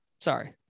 Sorry